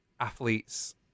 athletes